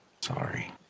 Sorry